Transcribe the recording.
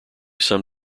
some